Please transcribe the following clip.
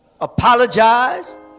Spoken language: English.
apologize